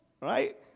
Right